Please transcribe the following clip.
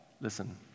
listen